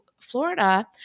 Florida